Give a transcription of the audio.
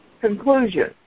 Conclusion